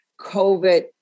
COVID